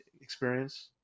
experience